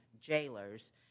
jailers